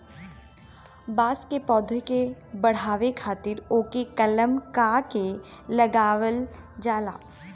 बांस के पौधा के बढ़ावे खातिर ओके कलम क के लगावल जाला